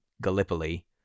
Gallipoli